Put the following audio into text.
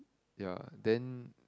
ya then